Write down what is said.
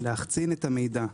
להחצין את המידע,